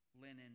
linen